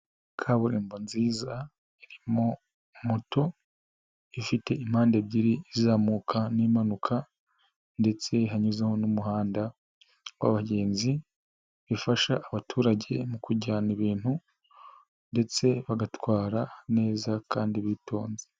Kaburimbo nziza, iririmo moto, ifite impande ebyiri izamuka n'impanuka, ndetse hanyuzemo n'umuhanda w'abagenzi, bifasha abaturage mu kujyana ibintu, ndetse bagatwara neza kandi bitonze.